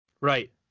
Right